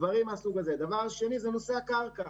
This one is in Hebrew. דבר שני, נושא הקרקע.